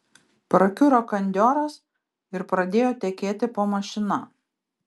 prakiuro kandioras ir pradėjo tekėti po mašina